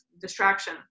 distraction